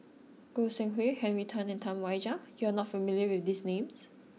Goi Seng Hui Henry Tan and Tam Wai Jia you are not familiar with these names